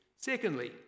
Secondly